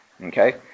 Okay